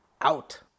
out